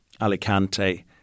Alicante